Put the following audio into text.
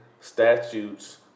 statutes